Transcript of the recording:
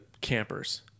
campers